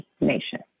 nation